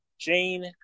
Jane